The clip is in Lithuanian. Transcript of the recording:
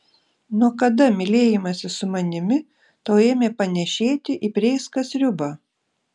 nuo kada mylėjimasis su manimi tau ėmė panėšėti į prėską sriubą